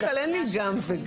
בדרך כלל אין לי גם וגם,